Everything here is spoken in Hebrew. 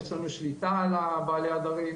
יש לנו שליטה על בעלי העדרים,